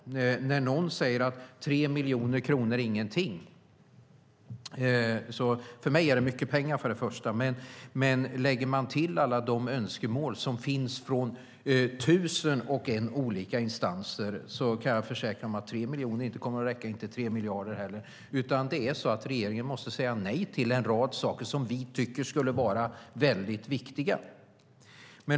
Någon säger att 3 miljoner är ingenting - för mig är det mycket pengar - men lägger man till alla de önskemål som finns från tusen och en olika instanser kan jag försäkra er att 3 miljoner är mycket, även om det inte kommer att räcka, och inte 3 miljarder heller. Regeringen måste säga nej till en rad saker som vi tycker är väldigt viktiga.